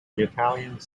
italians